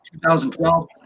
2012